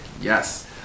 Yes